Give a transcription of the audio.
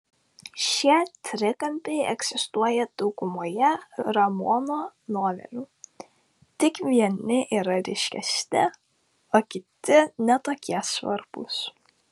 šie trikampiai egzistuoja daugumoje ramono novelių tik vieni yra ryškesni o kiti ne tokie svarbūs